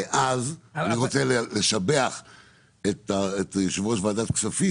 אני רוצה לשבח את יושב ראש ועדת הכספים